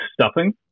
stuffing